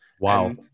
Wow